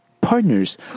partners